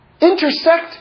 intersect